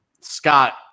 Scott